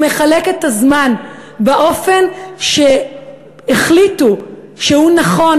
הוא מחלק את הזמן באופן שהחליטו שהוא נכון,